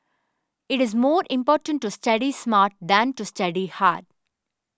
it is more important to study smart than to study hard